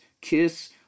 Kiss